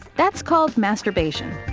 that's called masturbation.